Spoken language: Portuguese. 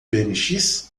bmx